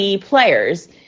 players